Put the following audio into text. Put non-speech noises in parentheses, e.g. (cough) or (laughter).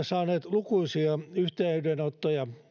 (unintelligible) saaneet lukuisia yhteydenottoja